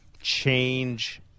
change